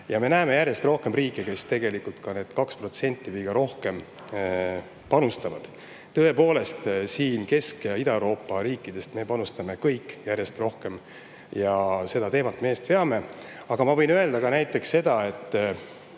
Me näeme järjest rohkem riike, kes tegelikult ka need 2% või rohkem panustavad. Tõepoolest, Kesk- ja Ida-Euroopa riikidest panustavad kõik järjest rohkem, ja seda teemat me eest veame. Aga ma võin öelda ka seda, et